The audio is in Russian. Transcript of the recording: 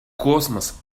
космос